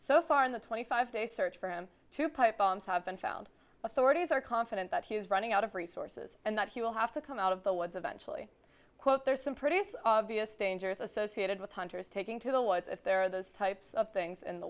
so far in the twenty five day search for him to pipe bombs have been found authorities are confident that he is running out of resources and that he will have to come out of the woods eventually quote there's some pretty obvious dangers associated with hunters taking to the what if there are those types of things in the